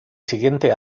siguiente